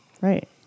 Right